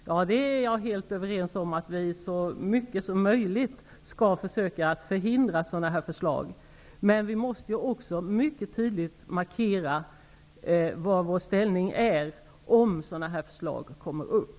Herr talman! Jag är helt överens med kulturministern om att vi så mycket som möjligt skall försöka förhindra sådana här förslag. Men vi måste ju också mycket tydligt markera vilken vår inställning är om sådana här förslag kommer upp.